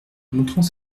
montrant